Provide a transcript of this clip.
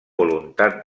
voluntat